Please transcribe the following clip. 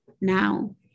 now